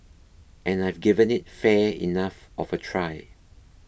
and I've given it fair enough of a try